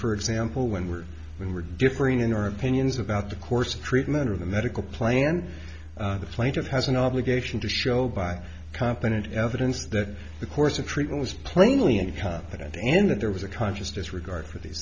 for example when we're when we're differing in our opinions about the course of treatment of the medical plan the plaintiff has an obligation to show by competent evidence that the course of treatment was plainly incompetent and that there was a conscious disregard for these